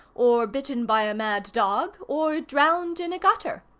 or bitten by a mad dog, or drowned in a gutter.